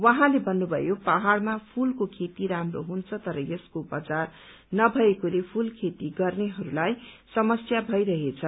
उहँले भत्रुभयो पहाड़मा फूलको खेती राम्रो हुन्छ तर यसको वजार नभएकोले फूल खेती गर्नेलाई समस्या भइरहेछ